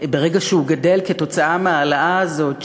ברגע שהוא גדל כתוצאה מההעלאה הזאת,